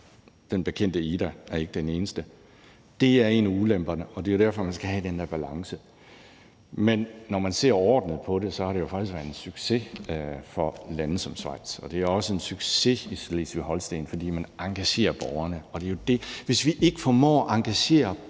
bekendte Ida er ikke den eneste. Det er en af ulemperne, og det er jo derfor, man skal have den her balance. Men når man ser overordnet på det, har det jo faktisk været en succes for et land som Schweiz, og det har også været en succes i Slesvig-Holsten, fordi man engagerer borgerne. Og det er jo dét: Hvis man ikke formår at engagere